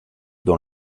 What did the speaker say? dans